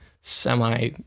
semi